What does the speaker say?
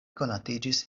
konatiĝis